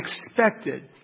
expected